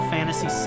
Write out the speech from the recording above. Fantasy